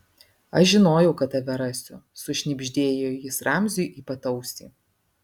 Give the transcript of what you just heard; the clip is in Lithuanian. aš žinojau kad tave rasiu sušnibždėjo jis ramziui į pat ausį